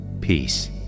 peace